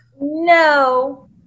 No